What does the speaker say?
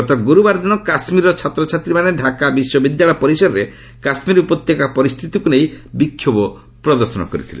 ଗତ ଗୁରୁବାର ଦିନ କାଶ୍ମୀରର ଛାତ୍ରଛାତ୍ରୀମାନେ ଡାକା ବିଶ୍ୱବିଦ୍ୟାଳୟ ପରିସରରେ କାଶ୍ମୀର ଉପତ୍ୟକା ପରିସ୍ଥିତିକୁ ନେଇ ବିକ୍ଷୋଭ ପ୍ରଦର୍ଶନ କରିଥିଲେ